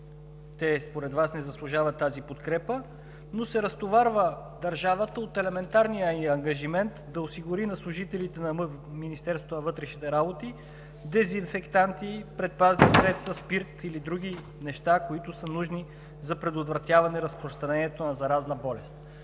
Те според Вас не заслужават тази подкрепа, но се разтоварва държавата от елементарния ѝ ангажимент да осигури на служителите на Министерството на вътрешните работи дезинфектанти, предпазни средства, спирт или други неща, които са нужни за предотвратяване разпространението на заразна болест.